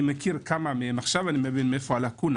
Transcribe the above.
אני מכיר כמה מהם עכשיו אני מבין מאיפה הלקונה